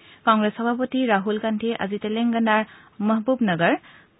ইফালে কংগ্ৰেছ সভাপতি ৰাহুল গান্ধীয়ে আজি তেলেংগানাৰ মহবুব নগৰ